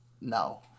No